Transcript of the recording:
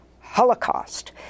Holocaust